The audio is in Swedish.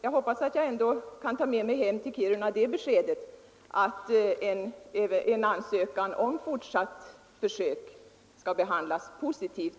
Jag hoppas att jag ändå kan ta med mig hem till Kiruna det beskedet att en ansökan om fortsatt försöksverksamhet skall behandlas positivt.